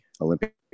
Olympic